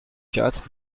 quatre